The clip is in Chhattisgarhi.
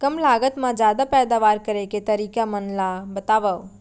कम लागत मा जादा पैदावार करे के तरीका मन ला बतावव?